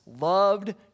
loved